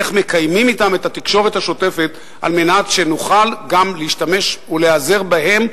איך מקיימים אתם את התקשורת השוטפת על מנת שנוכל להשתמש ולהיעזר בהם,